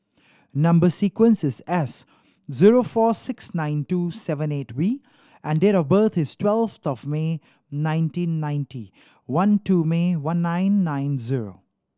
number sequence is S zero four six nine two seven eight V and date of birth is twelfth of May nineteen ninety one two May one nine nine zero